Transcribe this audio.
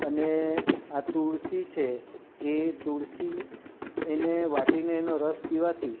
અને આ તુલસી છે એ તુલસી એને વાટીને એનો રસ પીવાથી